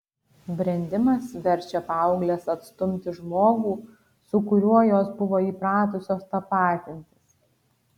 brendimas verčia paaugles atstumti žmogų su kuriuo jos buvo įpratusios tapatintis